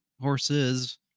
horses